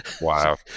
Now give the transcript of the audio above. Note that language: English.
Wow